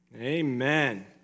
Amen